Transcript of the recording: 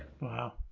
Wow